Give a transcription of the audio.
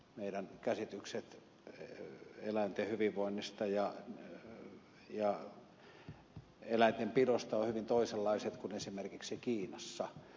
meidän käsityksemme eläinten hyvinvoinnista ja eläintenpidosta ovat hyvin toisenlaiset kuin esimerkiksi kiinassa